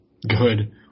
good